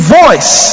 voice